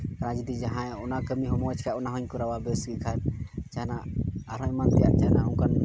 ᱵᱟᱝ ᱡᱩᱫᱤ ᱡᱟᱦᱟᱸᱭ ᱚᱱᱟ ᱠᱟᱹᱢᱤ ᱦᱚᱸ ᱢᱚᱡᱽ ᱠᱷᱟᱡ ᱚᱱᱟ ᱦᱚᱧ ᱠᱚᱨᱟᱣᱟ ᱵᱮᱥ ᱜᱮᱠᱷᱟᱱ ᱡᱟᱦᱟᱱᱟᱜ ᱟᱨᱦᱚᱸ ᱮᱢᱟᱱ ᱛᱮᱭᱟᱜ ᱡᱟᱦᱟᱱᱟᱜ ᱚᱱᱠᱟᱱ